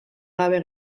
gabe